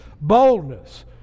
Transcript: boldness